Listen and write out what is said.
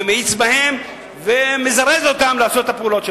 ומאיץ בהם ומזרז אותם לעשות את הפעולות שלהם.